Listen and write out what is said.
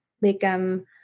become